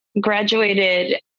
Graduated